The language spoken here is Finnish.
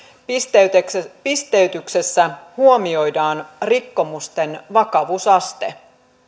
pisteytyksessä pisteytyksessä huomioidaan rikkomusten vakavuusaste